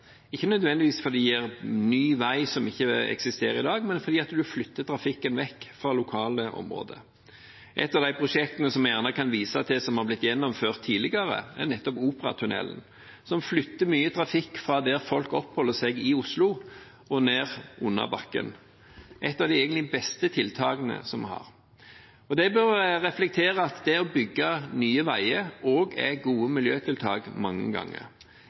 ikke nødvendigvis fordi de gir ny vei som ikke eksisterer i dag, men fordi en flytter trafikken vekk fra lokale områder. Et av de prosjektene som vi gjerne kan vise til, som har blitt gjennomført tidligere, er nettopp Operatunnelen, som flytter mye trafikk fra der folk oppholder seg i Oslo, og ned under bakken – egentlig et av de beste tiltakene vi har. Det bør reflektere at det å bygge nye veier også er gode miljøtiltak mange ganger.